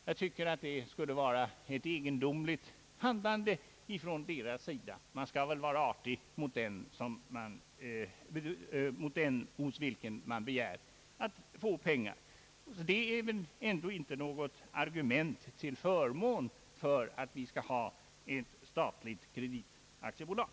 Jag tycker att det skulle vara ett egendomligt handlande från deras sida. Man skall väl vara artig mot den hos vilken man begär att få pengar. Detta är väl ändå inte något argument för att vi skall ha ett statligt kreditaktiebolag.